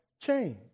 change